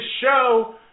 show